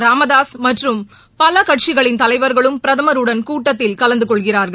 ராமதாஸ் மற்றும் பல கட்சிகளின் தலைவர்களும் பிரதமருடன் கூட்டத்தில் கலந்து கொள்கிறார்கள்